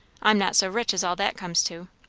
i'm not so rich as all that comes to.